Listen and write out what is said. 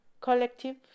collective